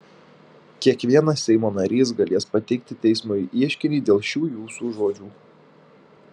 kiekvienas seimo narys galės pateikti teismui ieškinį dėl šių jūsų žodžių